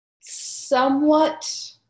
somewhat